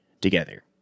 together